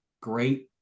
great